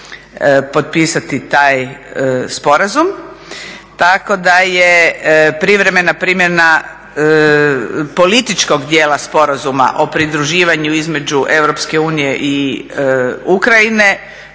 potpisati taj sporazum tako da je privremena primjena političkog dijela Sporazuma o pridruživanju između EU i Ukrajine